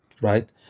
right